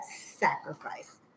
sacrifice